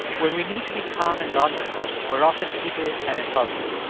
when we need to be calm and logical, we're often heated and impulsive.